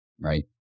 right